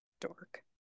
dork